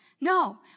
No